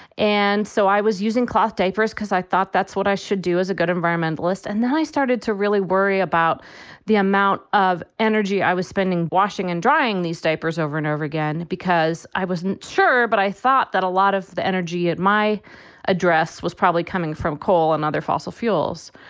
and so i was using cloth diapers because i thought that's what i should do as a good environmentalist. and then i started to really worry about the amount of energy i was spending, washing and drying these diapers over and over again because i wasn't sure. but i thought that a lot of the energy at my address was probably coming from coal and other fossil fuels.